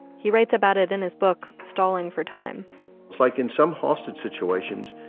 he writes about it in his book stalling for time. it's like in some hostage situations,